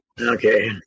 Okay